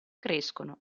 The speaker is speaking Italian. crescono